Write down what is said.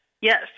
yes